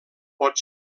pot